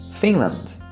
Finland